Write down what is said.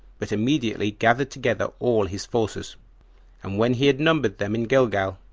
but immediately gathered together all his forces and when he had numbered them in gilgal,